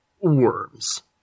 worms